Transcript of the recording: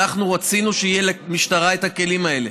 אנחנו רצינו שיהיו למשטרה הכלים האלה.